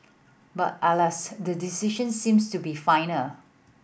but alas the decision seems to be final